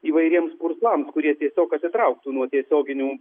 įvairiems purslams kurie tiesiog atitrauktų nuo tiesioginių